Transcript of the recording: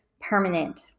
permanent